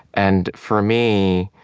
and for me,